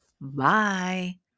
Bye